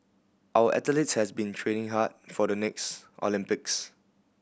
our athletes has been training hard for the next Olympics